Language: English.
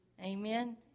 Amen